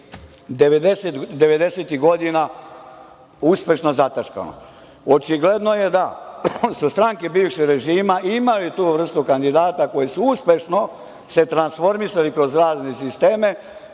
90-ih godina uspešno zataškano. Očigledno je da su stranke bivšeg režima imale tu vrstu kandidata koji su se uspešno transformisali kroz razne sisteme,